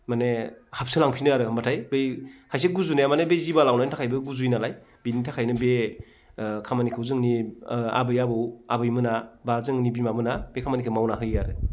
माने हाबसोलांफिनो आरो होमब्लाथाय बै खायसे गुजुनाया माने बै जिबा लावनायनि थाखायबो गुजुयो नालाय बिनि थाखायनो बे खामानिखौ जोंनि आबै आबौ आबैमोना एबा जोंनि बिमामोना बे खामानिखौ मावना होयो आरो